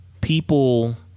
people